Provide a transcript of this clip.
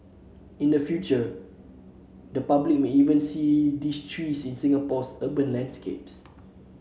in the future the public may even see these trees in Singapore's urban landscape